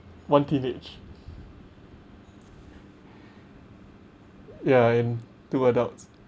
one teenage ya and two adults